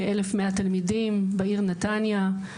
כ-1,100 תלמידים בעיר נתניה.